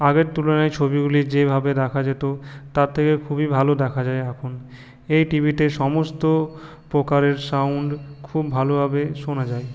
আগের তুলনায় ছবিগুলি যেভাবে দেখা যেত তার থেকে খুবই ভালো দেখা যায় এখন এই টিভিতে সমস্ত প্রকারের সাউন্ড খুব ভালো ভাবে শোনা যায়